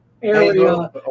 area